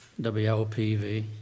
WLPV